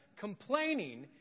Complaining